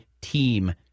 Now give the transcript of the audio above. team